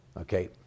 okay